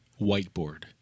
whiteboard